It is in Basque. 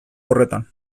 horretan